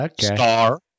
Star